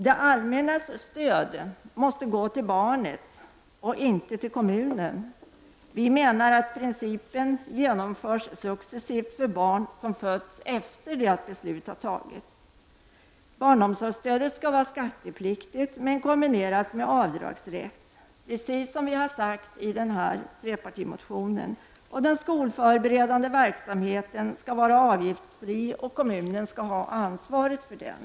Det allmännas stöd måste gå till barnet och inte till kommunen. Vi menar att principen skall genomföras successivt för barn som föds efter det att beslut har fattats. Barnomsorgsstödet skall vara skattepliktigt men kombineras med avdragsrätt, precis som vi har uttalat i trepartimotionen. Den skolförberedande verksamheten skall vara avgiftsfri, och kommunen skall ha ansvaret för den.